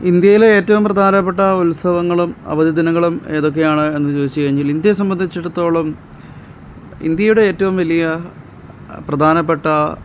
ഇന്ത്യയിലെ ഏറ്റവും പ്രധാനപ്പെട്ട ഉത്സവങ്ങളും അവധി ദിനങ്ങളും ഏതൊക്കെയാണ് എന്ന് ചോദിച്ചു കഴിഞ്ഞാൽ ഇന്ത്യയെ സംബന്ധിച്ചിടത്തോളം ഇന്ത്യയുടെ ഏറ്റവും വലിയ പ്രധാനപ്പെട്ട